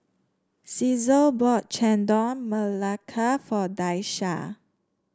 Caesar bought Chendol Melaka for Daisha